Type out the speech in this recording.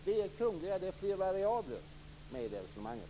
Det är flera variabler med i resonemanget.